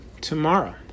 tomorrow